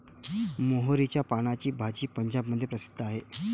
मोहरीच्या पानाची भाजी पंजाबमध्ये प्रसिद्ध आहे